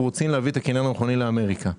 רוצים להביא את הקניין הרוחני לאמריקה.